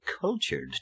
cultured